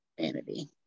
vanity